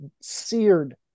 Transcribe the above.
seared